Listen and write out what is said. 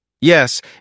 Yes